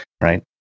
Right